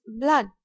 blood